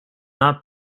not